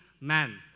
man